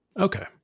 okay